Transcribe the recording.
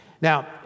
Now